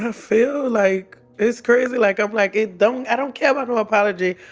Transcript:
ah feel like it's crazy. like i'm like, it don't. i don't care about no apology,